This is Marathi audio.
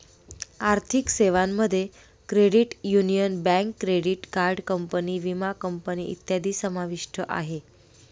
आर्थिक सेवांमध्ये credit union, bank, credit card company, विमा कंपनी इत्यादी समाविष्ट आहे